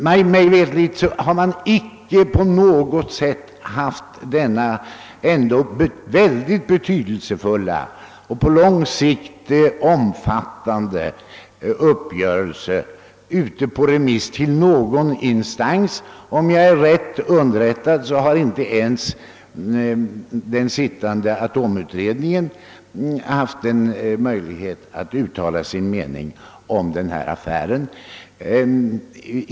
Mig veterligt har inte denna betydelsefulla och på lång sikt omfattande uppgörelse varit utsänd på remiss till någon instans. Om jag är rätt underrättad har inte ens den arbetande atomutredningen haft en möjlighet att uttala sin mening om denna affär.